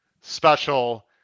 special